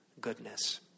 goodness